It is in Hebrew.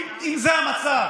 אם זה המצב.